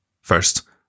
First